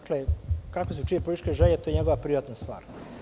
Kakve su čije političke želje to je njegova privatna stvar.